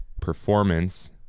performance